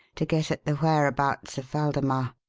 to get at the whereabouts of waldemar.